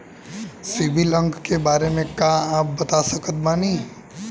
CIBIL अंक के बारे मे का आप बता सकत बानी?